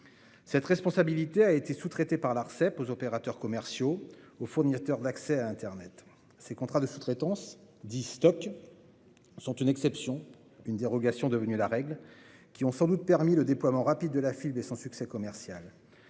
Cette responsabilité a été sous-traitée par l'Arcep aux opérateurs commerciaux et aux fournisseurs d'accès à internet. Les contrats de sous-traitance dits Stoc sont une exception, une dérogation devenue la règle. Ils ont sans aucun doute permis le déploiement rapide de la fibre et son succès commercial,